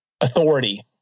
Authority